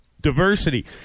Diversity